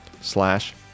slash